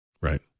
Right